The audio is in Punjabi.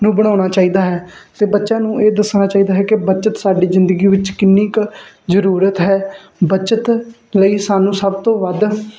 ਨੂੰ ਬਣਾਉਣਾ ਚਾਹੀਦਾ ਹੈ ਅਤੇ ਬੱਚਿਆਂ ਨੂੰ ਇਹ ਦੱਸਣਾ ਚਾਹੀਦਾ ਹੈ ਕਿ ਬੱਚਤ ਸਾਡੀ ਜ਼ਿੰਦਗੀ ਵਿੱਚ ਕਿੰਨੀ ਕੁ ਜ਼ਰੂਰਤ ਹੈ ਬੱਚਤ ਲਈ ਸਾਨੂੰ ਸਭ ਤੋਂ ਵੱਧ